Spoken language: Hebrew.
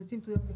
ביצים טריות.